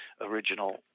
original